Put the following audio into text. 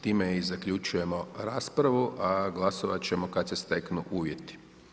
Time i zaključujemo raspravo, a glasovati ćemo kad se steknu uvjeti.